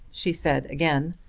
she said again.